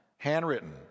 handwritten